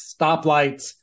stoplights